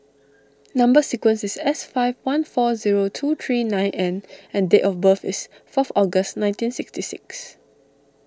Number Sequence is S five one four zero two three nine N and date of birth is fourth August nineteen sixty six